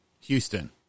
Houston